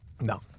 No